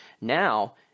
Now